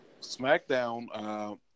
SmackDown